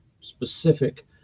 specific